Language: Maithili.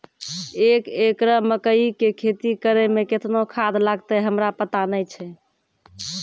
एक एकरऽ मकई के खेती करै मे केतना खाद लागतै हमरा पता नैय छै?